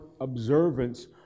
observance